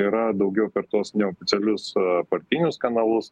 yra daugiau per tuos neoficialius partinius kanalus